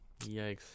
Yikes